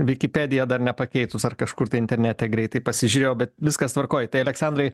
wikipedia dar nepakeitus ar kažkur tai internete greitai pasižiūrėjau bet viskas tvarkoj tai aleksandrai